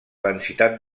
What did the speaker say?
densitat